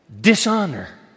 dishonor